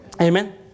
amen